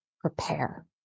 prepare